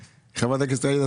חברת הכנסת ג'ידא,